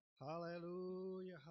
Hallelujah